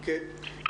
בבקשה.